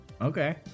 okay